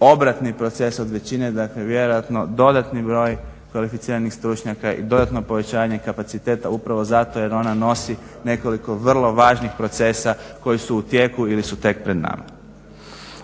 obratni proces od većine dakle vjerojatno dodatni broj kvalificiranih stručnjaka i dodatno povećanje kapaciteta upravo zato jer ona nosi nekoliko vrlo važnih procesa koji su u tijeku ili su tek pred nama.